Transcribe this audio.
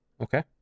Okay